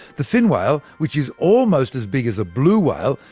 the fin whale, which is almost as big as a blue whale,